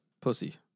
pussy